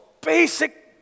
basic